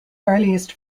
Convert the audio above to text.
earliest